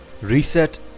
Reset